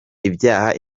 ibyaha